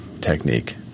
technique